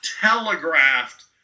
telegraphed